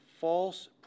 false